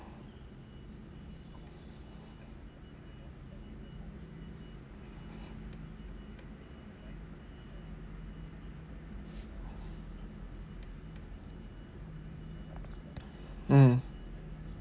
mm